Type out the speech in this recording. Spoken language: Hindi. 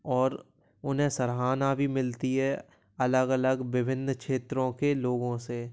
और उन्हें सराहना भी मिलती है अलग अलग विभिन्न क्षेत्रों के लोगों से